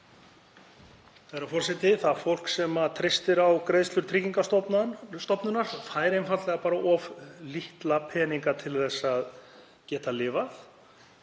Herra forseti. Það fólk sem treystir á greiðslur Tryggingastofnunar fær einfaldlega of litla peninga til að geta lifað